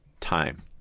time